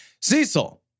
Cecil